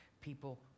people